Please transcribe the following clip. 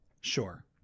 Sure